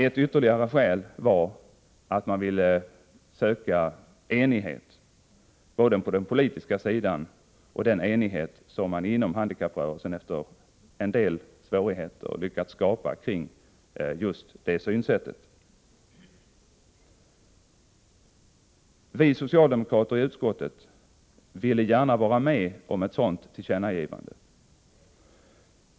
Ett ytterligare skäl var att man ville söka enighet politiskt och bevara den enighet som man inom handikapprörelsen efter en del svårigheter lyckades skapa kring detta synsätt. Vi socialdemokrater i utskottet ville gärna vara med om ett sådant tillkännagivande.